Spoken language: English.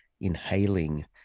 inhaling